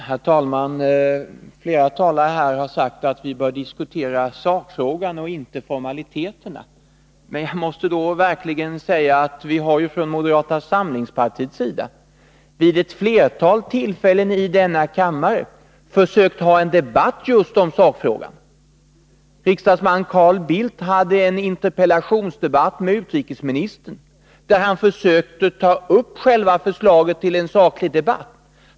Herr talman! Flera talare här har sagt att vi bör diskutera sakfrågan och inte formaliteterna. Jag måste då verkligen säga att vi från moderata samlingspartiet vid ett flertal tillfällen i denna kammare har försökt föra en debatt just om sakfrågan. Riksdagsman Carl Bildt hade en interpellationsdebatt med utrikesministern där han försökte ta upp själva förslaget till en saklig debatt.